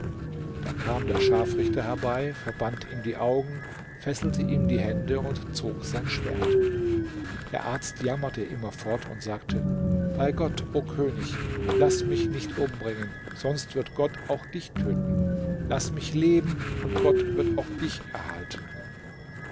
da kam der scharfrichter herbei verband ihm die augen fesselte ihm die hände und zog sein schwert der arzt jammerte immerfort und sagte bei gott o könig laß mich nicht umbringen sonst wird gott auch dich töten laß mich leben und gott wird auch dich erhalten